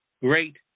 great